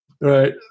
right